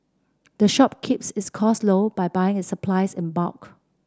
the shop keeps its costs low by buying its supplies in bulk